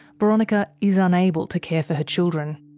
boronika is unable to care for her children.